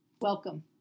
Welcome